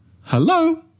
hello